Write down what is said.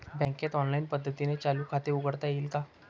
बँकेत ऑनलाईन पद्धतीने चालू खाते उघडता येईल का?